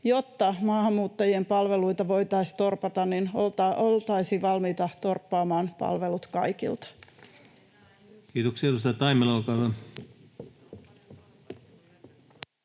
jotta maahanmuuttajien palveluita voitaisiin torpata, oltaisiin valmiita torppaamaan palvelut kaikilta. [Pia